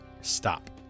Stop